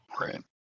Right